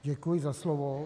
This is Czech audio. Děkuji za slovo.